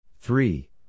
Three